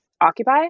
occupy